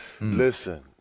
Listen